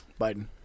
Biden